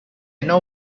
know